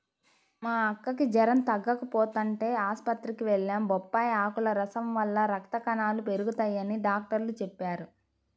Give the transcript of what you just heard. మా అక్కకి జెరం తగ్గకపోతంటే ఆస్పత్రికి వెళ్లాం, బొప్పాయ్ ఆకుల రసం వల్ల రక్త కణాలు పెరగతయ్యని డాక్టరు చెప్పారు